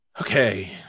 Okay